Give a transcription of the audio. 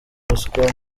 ubuswa